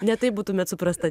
ne taip būtumėt suprasta